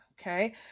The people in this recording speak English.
Okay